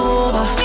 over